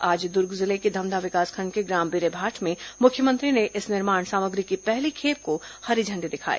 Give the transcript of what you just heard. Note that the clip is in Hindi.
आज दुर्ग जिले के धमधा विकासखंड के ग्राम बिरेभाठ में मुख्यमंत्री ने इस निर्माण सामग्री की पहली खेप को हरी झंडी दिखाई